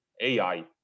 AI